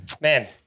Man